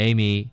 Amy